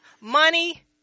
money